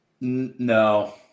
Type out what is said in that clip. No